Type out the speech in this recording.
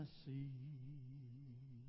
see